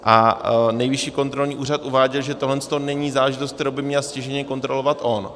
A Nejvyšší kontrolní úřad uváděl, že tohle to není záležitost, kterou by měl stěžejně kontrolovat on.